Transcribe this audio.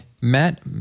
Matt